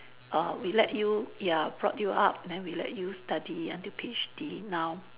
err we let you ya brought you up then we let you study until PhD now